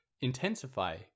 intensify